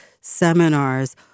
seminars